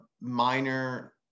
minor